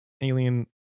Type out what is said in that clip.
alien